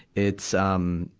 it's, um,